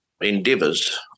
endeavors